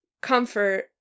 comfort